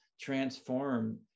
transform